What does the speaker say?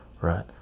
right